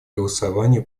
голосовании